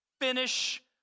Finish